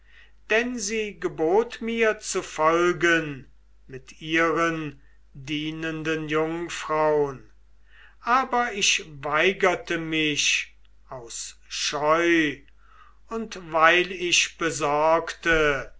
denn sie gebot mir zu folgen mit ihren dienenden jungfraun aber ich weigerte mich aus scheu und weil ich besorgte